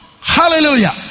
Hallelujah